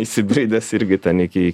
įsibridęs irgi ten iki